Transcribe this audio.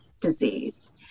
disease